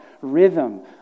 rhythm